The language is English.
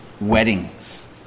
weddings